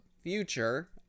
future